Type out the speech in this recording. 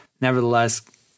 nevertheless